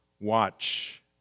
watch